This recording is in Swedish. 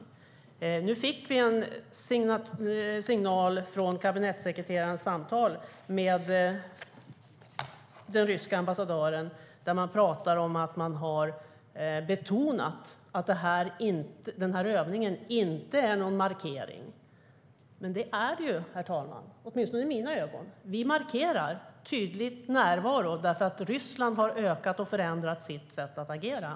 Nu fick vi en signal från kabinettssekreterarens samtal med den ryska ambassadören; man pratar om att man har betonat att övningen inte är någon markering. Men det är det ju, herr talman - åtminstone i mina ögon. Vi markerar tydligt närvaro därför att Ryssland har ökat och förändrat sitt sätt att agera.